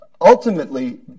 ultimately